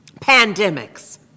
pandemics